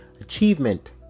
achievement